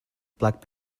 black